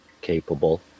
capable